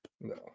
no